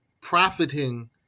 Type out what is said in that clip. profiting